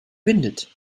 windet